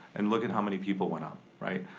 and look at how many people went up, right?